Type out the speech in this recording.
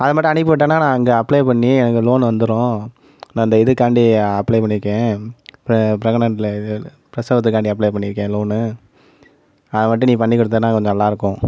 அதை மட்டும் அனுப்பி விட்டன்னா நான் இங்கே அப்ளை பண்ணி எனக்கு லோனு வந்துடும் நான் இந்த இதுக்காண்டி அப்ளை பண்ணியிருக்கேன் பிர பிரகனன்ட்ல இது பிரசவத்துக்காண்டி அப்ளை பண்ணியிருக்கேன் லோனு அது மட்டும் நீ பண்ணிக்கொடுத்தனா கொஞ்சம் நல்லாயிருக்கும்